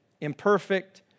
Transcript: imperfect